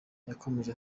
yarakomeje